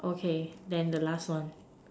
okay then the last one